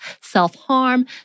self-harm